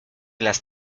las